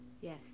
Yes